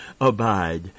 abide